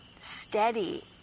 steady